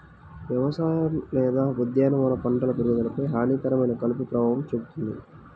వ్యవసాయ లేదా ఉద్యానవన పంటల పెరుగుదలపై హానికరమైన కలుపు ప్రభావం చూపుతుంది